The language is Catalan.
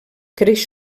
creix